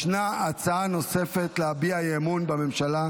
ישנה הצעה נוספת להביע אי-אמון בממשלה,